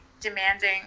demanding